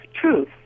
truth